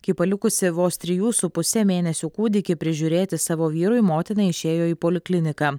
kai palikusi vos trijų su puse mėnesių kūdikį prižiūrėti savo vyrui motina išėjo į polikliniką